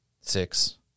Six